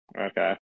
Okay